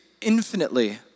infinitely